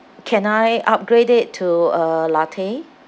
can I upgrade it to a latte